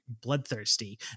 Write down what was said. bloodthirsty